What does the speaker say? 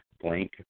blank